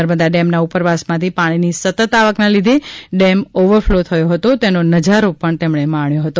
નર્મદા ડેમના ઉપરવાસમાંથી પાણીની સતત આવકના લીધે ડેમ ઓવરફ્લો થયો હતો તેનો નજારો પણ માસ્થો હતો